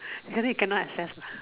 then you cannot access lah